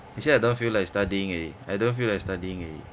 actually I don't feel like studying already I don't feel like studying already